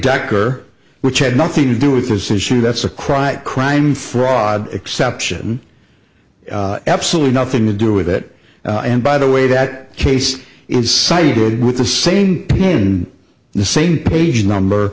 decker which had nothing to do with this issue that's a cry of crime fraud exception absolutely nothing to do with it and by the way that case is cited with the same name in the same page number